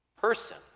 person